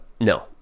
No